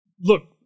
look